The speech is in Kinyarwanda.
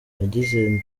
yagize